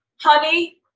Honey